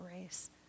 race